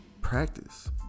practice